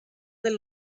del